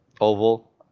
oval